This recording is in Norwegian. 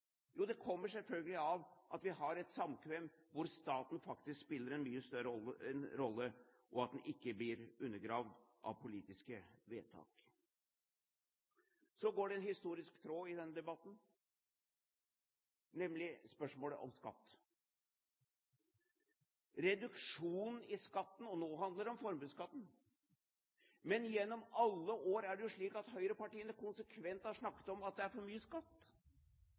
Jo, det kommer selvfølgelig av at vi har et samkvem hvor staten faktisk spiller en mye større rolle, og at den ikke blir undergravd av politiske vedtak. Så går det en historisk tråd gjennom denne debatten, nemlig spørsmålet om skatt, en reduksjon i skatten – og nå handler det om formuesskatten. Gjennom alle år har det vært slik at høyrepartiene konsekvent har snakket om at det er for mye skatt